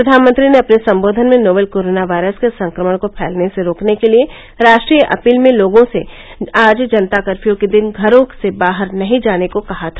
प्रधानमंत्री ने अपने संबोधन में नोवेल कोरोना वायरस के संक्रमण को फैलने से रोकने के लिए राष्ट्रीय अपील में लोगों से आज जनता कर्फ्यू के दिन घरों से बाहर नहीं जाने को कहा था